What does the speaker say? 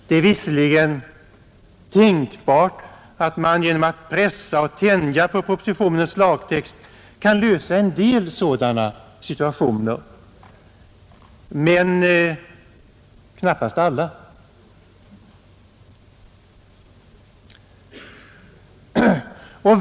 Det är visserligen tänkbart att man genom att pressa och tänja på propositionens lagtext kan lösa en del sådana situationer tillfredsställande men knappast alla.